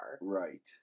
Right